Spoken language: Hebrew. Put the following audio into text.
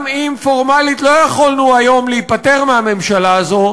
גם אם פורמלית לא יכולנו היום להיפטר מהממשלה הזו,